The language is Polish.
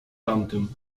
tamtym